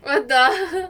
what the